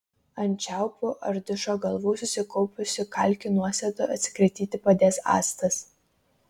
ant čiaupų ar dušo galvų susikaupusių kalkių nuosėdų atsikratyti padės actas